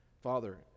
Father